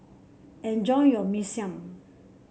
enjoy your Mee Siam